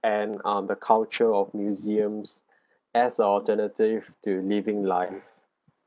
and um the culture of museums as a alternative to living life